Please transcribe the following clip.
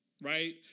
right